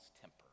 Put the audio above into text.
temper